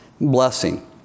blessing